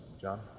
John